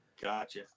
gotcha